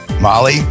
Molly